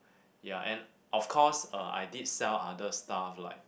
ya and of course uh I did sell other stuff like